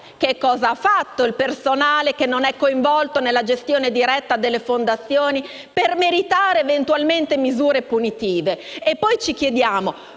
Cosa ha fatto il personale che non è coinvolto nella gestione diretta delle fondazioni per meritare eventualmente misure punitive? E poi ci chiediamo: